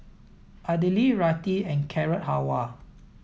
Idili Raita and Carrot Halwa